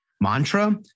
mantra